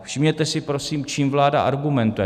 Všimněte si prosím, čím vláda argumentuje.